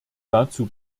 dazu